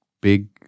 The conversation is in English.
big